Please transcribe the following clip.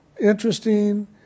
interesting